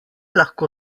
lahko